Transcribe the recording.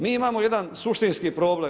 Mi imamo jedan suštinski problem.